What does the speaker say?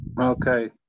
Okay